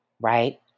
Right